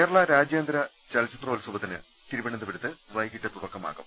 കേരള രാജ്യാന്തര ചലച്ചിത്രോത്സവത്തിന് തിരുവനന്തപുരത്ത് വൈകിട്ട് തുടക്കമാകും